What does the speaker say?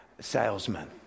salesman